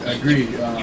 agree